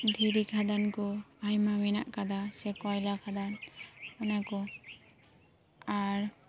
ᱫᱷᱤᱨᱤ ᱠᱷᱟᱫᱟᱱ ᱠᱚ ᱟᱭᱢᱟ ᱢᱮᱱᱟᱜ ᱟᱠᱟᱫᱟ ᱥᱮ ᱠᱚᱭᱞᱟ ᱠᱷᱟᱫᱟᱱ ᱚᱱᱟ ᱠᱚ ᱟᱨ